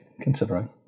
considering